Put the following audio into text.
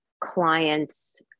clients